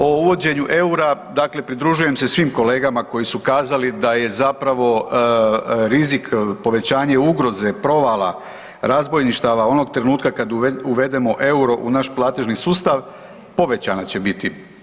O uvođenju eura, dakle pridružujem se svim kolegama koji su kazali da je zapravo rizik povećanje ugroze, provala, razbojništava onog trenutka kada uvedemo euro u naš platežni sustav povećana će biti.